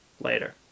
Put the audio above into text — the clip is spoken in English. later